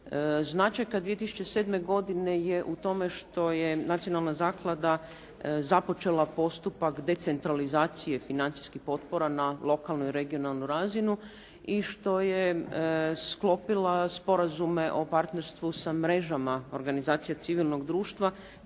Značajka 2007. godine je u tome što je nacionalna zaklada započela postupak decentralizacije financijskih potpora na lokalnu i regionalnu razinu i što je sklopila sporazume o partnerstvu sa mrežama organizacija civilnog društva